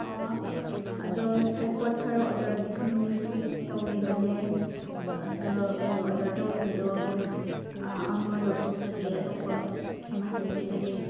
ꯑꯗꯣ ꯑꯩ ꯄꯣꯠ ꯈꯔ ꯑꯣꯗꯔ ꯇꯧꯈꯤꯕꯅꯤ ꯑꯗꯣ ꯑꯣꯗꯔ ꯇꯧꯈꯤꯕꯗꯣ ꯑꯃ ꯂꯧꯊꯣꯛꯆꯒꯦ ꯑꯇꯣꯞꯄ ꯑꯃ ꯁꯤꯟꯗꯣꯛꯆꯒꯦ